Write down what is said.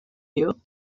you